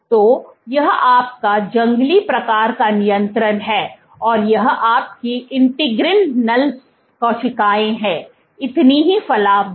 तो यह आपका जंगली प्रकार का नियंत्रण है और यह आपकी इंटीग्रिन नल कोशिकाएं हैं इतना ही फलाव दर